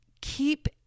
keep